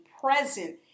present